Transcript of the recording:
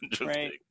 right